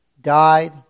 Died